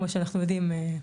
כמו שאנחנו יודעים,